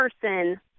person